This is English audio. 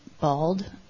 bald